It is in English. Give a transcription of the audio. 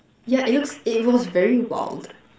yeah it looks it was very wild